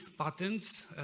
patents